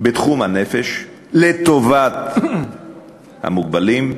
בתחום הנפש, לטובת אנשים עם מוגבלות,